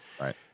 right